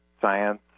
science